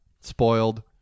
spoiled